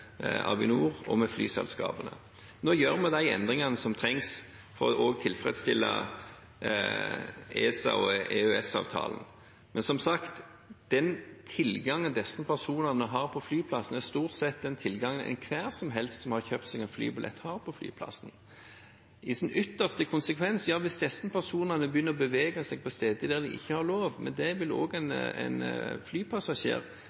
Avinor og flyselskapene. Nå gjør vi de endringene som trengs for å tilfredsstille ESA- og EØS-avtalen. Men som sagt: Den tilgangen disse personene har på flyplassen, er stort sett den samme tilgangen enhver som helst som har kjøpt seg en flybillett, har. I sin ytterste konsekvens, hvis disse personene begynner å bevege seg på steder de ikke har lov til – men det ville også en flypassasjer